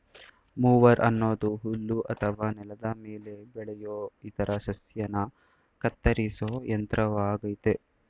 mower ಅನ್ನೋದು ಹುಲ್ಲು ಅಥವಾ ನೆಲದ ಮೇಲೆ ಬೆಳೆಯೋ ಇತರ ಸಸ್ಯನ ಕತ್ತರಿಸೋ ಯಂತ್ರವಾಗಯ್ತೆ